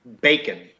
bacon